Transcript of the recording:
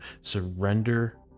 Surrender